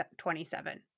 27